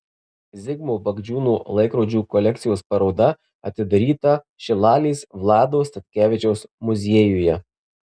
zigmo bagdžiūno laikrodžių kolekcijos paroda atidaryta šilalės vlado statkevičiaus muziejuje